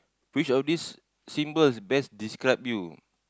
which of this symbols best describe you